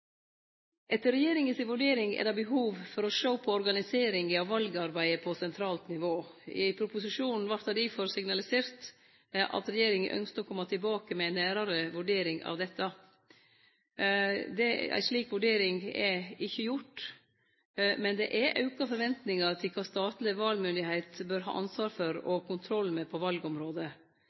Etter regjeringa si vurdering er det behov for å sjå på organiseringa av valarbeidet på sentralt nivå. I proposisjonen vart det difor signalisert at regjeringa ynskte å kome tilbake med nærare vurdering av dette. Ei slik vurdering er ikkje gjort, men det er auka forventningar til kva statleg valmyndigheit bør ha ansvar for og kontroll med på